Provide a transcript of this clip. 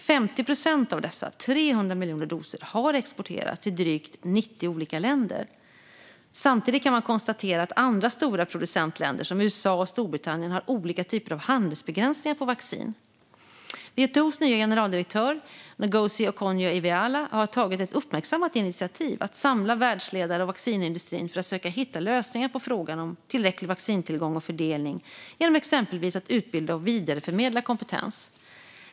50 procent av dessa, 300 miljoner doser, har exporterats till drygt 90 olika länder. Samtidigt kan man konstatera att andra stora producentländer som USA och Storbritannien har olika typer av handelsbegränsningar på vaccin. WTO:s nya generaldirektör Ngozi Okonjo-Iweala har tagit ett uppmärksammat initiativ att samla världsledare och vaccinindustrin för att söka hitta lösningar på frågan om tillräcklig vaccintillgång och fördelning genom exempelvis att utbilda och vidareförmedla kompetens.